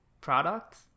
product